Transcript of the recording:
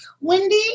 Wendy